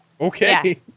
Okay